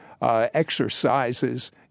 Exercises